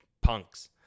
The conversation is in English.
punks